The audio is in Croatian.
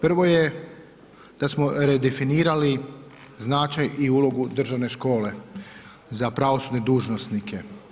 Prvo je da smo redefinirali značaj i ulogu državne škole za pravosudne dužnosnike.